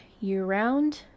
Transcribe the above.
year-round